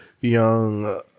young